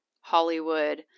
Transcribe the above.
hollywood